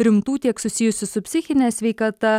rimtų tiek susijusių su psichine sveikata